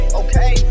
okay